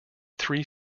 three